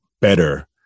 better